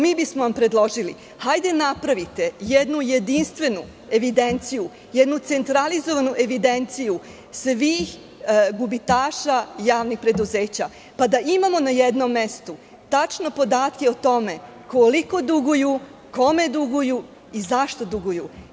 Mi bismo vam predložili da napravite jednu jedinstvenu evidenciju, jednu centralizovanu evidenciju svih gubitaša javnih preduzeća, pa da imamo na jednom mestu tačno podatke o tome koliko duguju, kome duguju i zašto duguju.